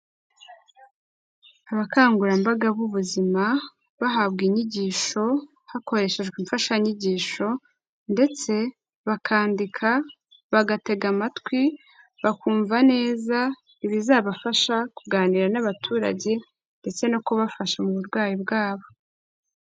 Abakangurambaga b'ubuzima bahabwa inyigisho hakoreshejwe imfashanyigisho ndetse bakandika, bagatega amatwi, bakumva neza ibizabafasha kuganira n'abaturage ndetse no kubafasha mu burwayi bwabo.